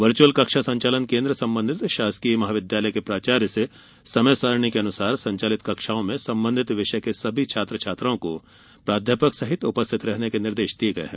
virtual कक्षा संचालन केन्द्र संबंधित शासकीय महाविद्यालय के प्राचार्य से समय सारणी के अनुसार संचालित कक्षाओं में संबंधित विषय के सभी छात्र छात्राओं को प्राध्यापक सहित उपस्थित रहने के निर्देश दिये हैं